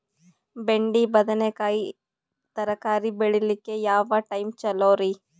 ಬೆಂಡಿ ಬದನೆಕಾಯಿ ತರಕಾರಿ ಬೇಳಿಲಿಕ್ಕೆ ಯಾವ ಟೈಮ್ ಚಲೋರಿ?